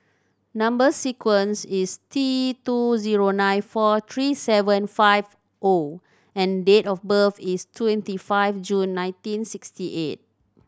number sequence is T two zero nine four three seven five O and date of birth is twenty five June nineteen sixty eight